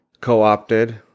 co-opted